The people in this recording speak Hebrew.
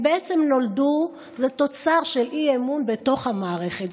הם בעצם נולדו, זה תוצר של אי-אמון בתוך המערכת.